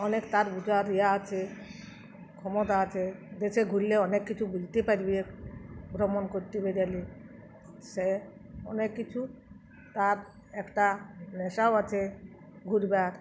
অনেক তার বুঝার ইয়া আছে ক্ষমতা আছে দেশে ঘুরলে অনেক কিছু বুঝতে পারবে ভ্রমণ করতে বেরলে সে অনেক কিছু তার একটা নেশাও আছে ঘুরবার